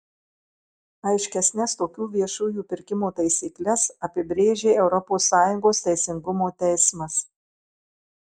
aiškesnes tokių viešųjų pirkimų taisykles apibrėžė europos sąjungos teisingumo teismas